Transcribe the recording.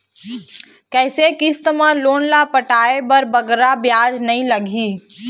कइसे किस्त मा लोन ला पटाए बर बगरा ब्याज नहीं लगही?